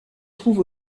trouve